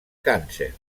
càncer